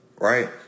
Right